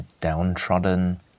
downtrodden